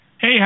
Hey